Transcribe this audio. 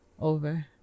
over